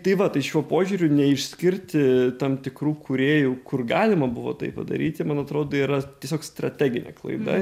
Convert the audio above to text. tai va tai šiuo požiūriu neišskirti tam tikrų kūrėjų kur galima buvo tai padaryti man atrodo yra tiesiog strateginė klaida